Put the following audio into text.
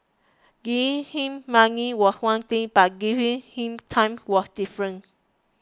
giving him money was one thing but giving him time was different